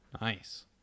Nice